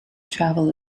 travel